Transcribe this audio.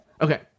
Okay